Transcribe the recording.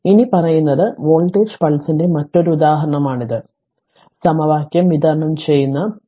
അതിനാൽ ഇനിപ്പറയുന്നത് വോൾട്ടേജ് പൾസിന്റെ മറ്റൊരു ഉദാഹരണമാണിത് സമവാക്യം വിതരണം ചെയ്യുന്ന സ 0